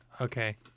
Okay